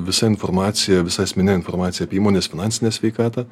visa informacija visa esmine informacija apie įmonės finansinę sveikatą